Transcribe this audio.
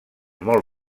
molt